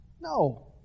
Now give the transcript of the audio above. No